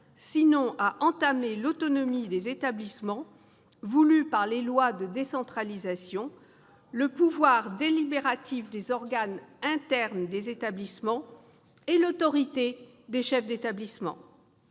sinon à entamer l'autonomie des établissements voulue par les lois de décentralisation, ainsi que le pouvoir délibératif des organes internes des établissements et l'autorité des chefs d'établissement.